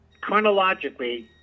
Chronologically